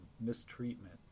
mistreatment